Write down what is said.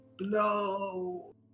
No